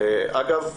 אגב,